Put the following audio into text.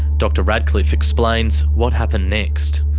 dr radcliffe explains what happened next.